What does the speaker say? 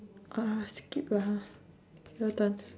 !alah! skip lah your turn